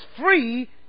free